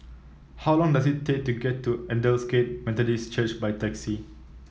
how long does it take to get to Aldersgate Methodist Church by taxi